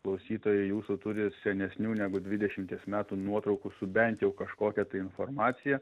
klausytojai jūsų turi senesnių negu dvidešimties metų nuotraukų su bent jau kažkokia informacija